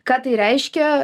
ką tai reiškia